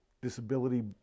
Disability